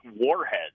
warheads